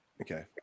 Okay